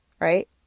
right